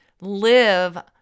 live